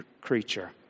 creature